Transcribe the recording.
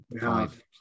five